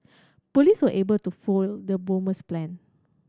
police were able to foil the bomber's plan